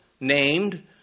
named